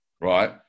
Right